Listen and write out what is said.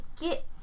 get